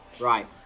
Right